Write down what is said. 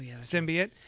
symbiote